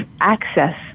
access